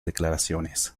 declaraciones